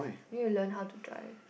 you learn how to drive